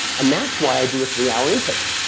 and that's why i do a three hour intake,